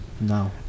No